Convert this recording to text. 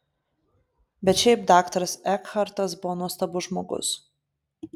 bet šiaip daktaras ekhartas buvo nuostabus žmogus